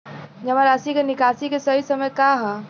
जमा राशि क निकासी के सही समय का ह?